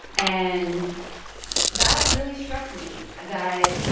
and that really struck me that.